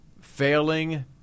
Failing